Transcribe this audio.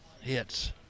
hits